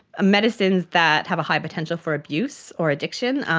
medicines that have a high potential for abuse or addiction,